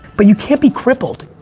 but you can't be crippled.